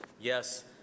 yes